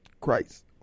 Christ